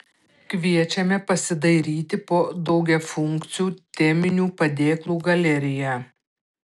kviečiame pasidairyti po daugiafunkcių teminių padėklų galeriją